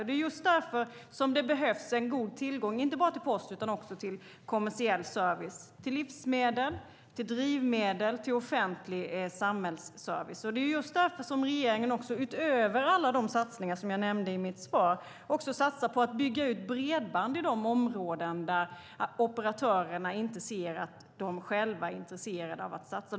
Det är just därför som det behövs en god tillgång inte bara till postservice utan också till kommersiell service - livsmedel och drivmedel - och till offentlig samhällsservice. Det är just därför som regeringen, utöver alla de satsningar som jag nämnde i mitt svar, satsar på att bygga ut bredband i de områden där operatörerna inte själva är intresserade av att satsa.